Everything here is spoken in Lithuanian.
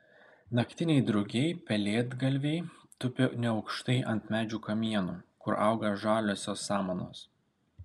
naktiniai drugiai pelėdgalviai tupi neaukštai ant medžių kamienų kur auga žaliosios samanos